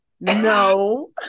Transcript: no